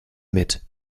mit